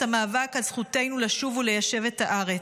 המאבק על זכותנו לשוב וליישב את הארץ,